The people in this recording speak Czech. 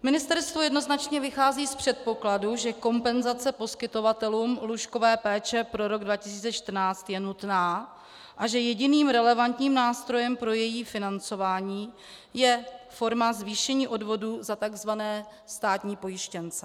Ministerstvo jednoznačně vychází z předpokladů, že kompenzace poskytovatelům lůžkové péče pro rok 2014 je nutná a že jediným relevantním nástrojem pro její financování je forma zvýšení odvodů za tzv. státní pojištěnce.